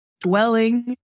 dwelling